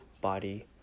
body